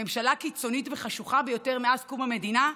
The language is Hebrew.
"הממשלה הקיצונית והחשוכה ביותר מאז קום המדינה",